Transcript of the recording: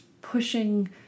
pushing